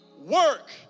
work